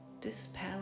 dispel